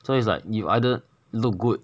so it's like you either look good